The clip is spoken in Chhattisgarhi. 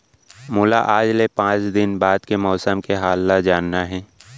मोला आज ले पाँच दिन बाद के मौसम के हाल ल जानना हे?